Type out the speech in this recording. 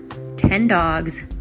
ten dogs,